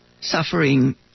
suffering